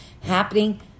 happening